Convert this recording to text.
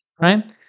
right